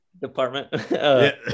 department